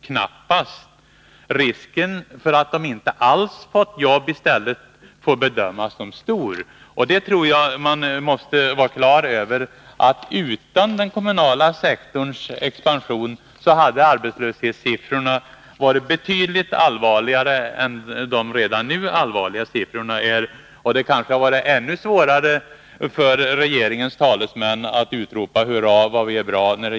Knappast, risken för att de inte alls fått jobb i stället får bedömas som stor.” Jag tror att man måste vara på det klara med att arbetslöshetssiffrorna, utan den kommunala sektorns expansion, hade varit betydligt allvarligare än de redan nu allvarliga siffrorna är. När det gäller att bekämpa arbetslösheten hade det kanske varit ännu svårare för regeringens talesmän att utropa: Hurra, vad vi är bra!